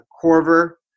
Corver